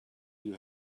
you